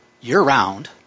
year-round